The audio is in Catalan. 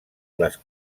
les